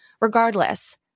Regardless